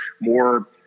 more